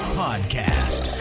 podcast